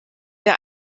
der